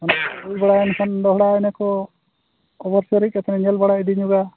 ᱚᱱᱟ ᱠᱚ ᱦᱩᱭ ᱵᱟᱲᱟᱭᱮᱱ ᱠᱷᱟᱱ ᱫᱚᱦᱲᱟᱭ ᱱᱟᱠᱚ ᱧᱮᱞ ᱵᱟᱲᱟ ᱤᱫᱤ ᱧᱚᱜᱟ